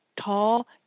tall